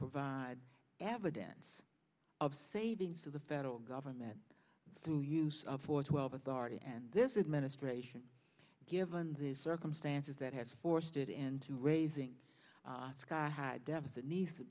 provide evidence of savings to the federal government through use of force twelve authority and this is ministration given the circumstances that have forced it into raising sky high deficit needs to